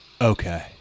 Okay